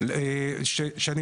אז איך אנשים